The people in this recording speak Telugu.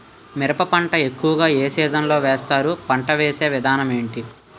మిరప పంట ఎక్కువుగా ఏ సీజన్ లో వేస్తారు? పంట వేసే విధానం ఎంటి?